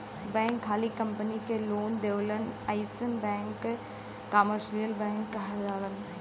bank खाली company के loan देवलन अइसन बैंक कमर्सियल बैंक कहलालन